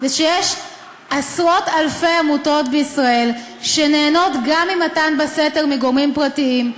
היא שיש עשרות-אלפי עמותות בישראל שנהנות גם ממתן בסתר מגורמים פרטיים,